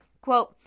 Quote